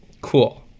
Cool